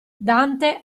dante